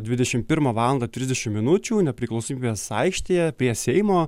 dvidešim primą valandą trisdešim minučių nepriklausomybės aikštėje prie seimo